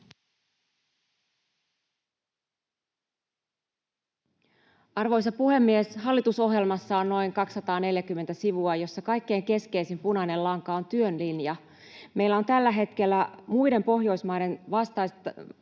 Arvoisa puhemies! Hallitusohjelmassa on noin 240 sivua, joissa kaikkein keskeisin punainen lanka on työn linja. Meillä on tällä hetkellä muiden Pohjoismaiden tasoiset